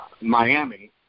Miami